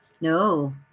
no